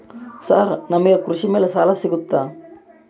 Sir ನಮಗೆ ಕೃಷಿ ಮೇಲೆ ಸಾಲ ಸಿಗುತ್ತಾ?